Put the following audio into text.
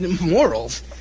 Morals